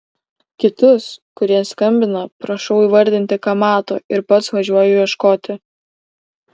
kitus kurie skambina prašau įvardinti ką mato ir pats važiuoju ieškoti